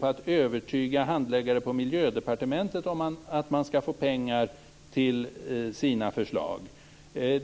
på att övertyga handläggare på Miljödepartementet om att man skall få pengar till sina förslag.